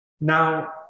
Now